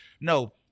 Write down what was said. No